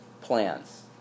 plans